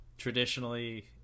Traditionally